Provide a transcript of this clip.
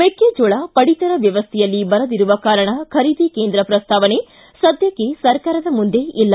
ಮೆಕ್ಕೆಜೋಳ ಪಡಿತರ ಮ್ಶವಸ್ವೆಯಲ್ಲಿ ಬರದಿರುವ ಕಾರಣ ಖರೀದಿ ಕೇಂದ್ರ ಪ್ರಸ್ತಾವನೆ ಸದ್ಯಕ್ಕೆ ಸರ್ಕಾರದ ಮುಂದೆ ಇಲ್ಲ